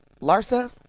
Larsa